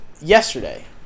yesterday